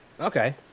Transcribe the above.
Okay